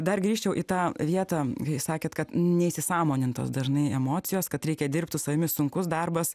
dar grįžčiau į tą vietą kai sakėt kad neįsisąmonintos dažnai emocijos kad reikia dirbti savimi sunkus darbas